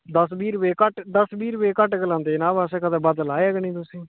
दस्स बीह् रपेऽ घट्ट दस्स बीह् रपेऽ घट्ट गै लांदे जनाब असें कदें बद्ध लाया गै नेईं तुसें ई